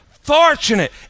fortunate